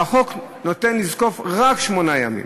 והחוק נותן לזקוף רק שמונה ימים.